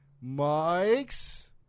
Mike's